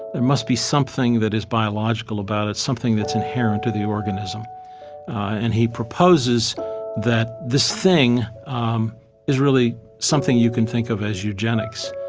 there must be something that is biological about it, something that's inherent to the organism and he proposes that this thing um is really something you can think of as eugenics,